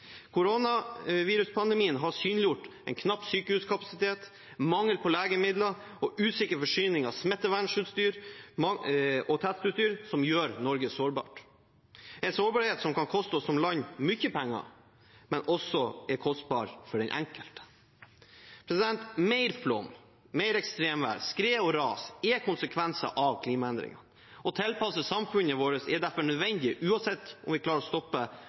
Koronaviruspandemien har synliggjort at knapp sykehuskapasitet, mangel på legemidler og usikker forsyning av smittevernutstyr og testutstyr gjør Norge sårbart – en sårbarhet som kan koste oss som land mye penger, men som også er kostbart for den enkelte. Mer flom, ekstremvær, skred og ras er konsekvenser av klimaendringene. Å tilpasse samfunnet vårt er derfor nødvendig uansett om vi klarer å stoppe